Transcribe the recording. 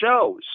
shows